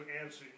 answer